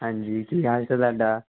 ਹਾਂਜੀ ਕੀ ਹਾਲ ਚਾਲ ਤੁਹਾਡਾ